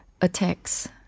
attacks